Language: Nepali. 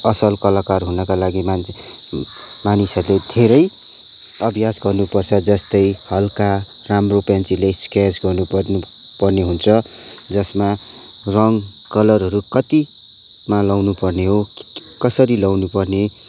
असल कलाकार हुनाको लागि मान्छेले मानिसहरूले धेरै अभ्यास गर्नुपर्छ जस्तै हल्का राम्रो पेन्सिलले स्केच गर्नुपर्नु पर्ने हुन्छ जसमा रङ्ग कलरहरू कतिमा लगाउनुपर्ने हो कसरी लगाउनुपर्ने